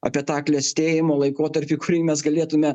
apie tą klestėjimo laikotarpį kurį mes galėtume